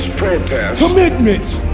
commitments!